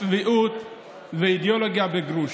צביעות ואידיאולוגיה בגרוש.